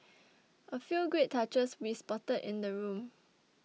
a few great touches we spotted in the room